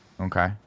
okay